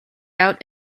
out